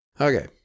okay